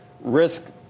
risk